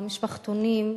המשפחתונים,